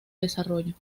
desarrollo